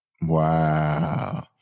Wow